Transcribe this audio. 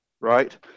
right